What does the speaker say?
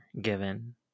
given